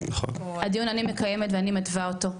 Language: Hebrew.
הדיון אני מקדמת ואני מתווה אותו,